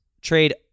trade